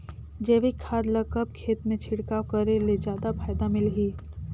जैविक खाद ल कब खेत मे छिड़काव करे ले जादा फायदा मिलही?